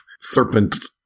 serpent